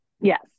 Yes